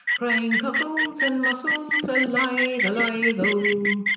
crying cockles, and mussels, alive, alive-oh!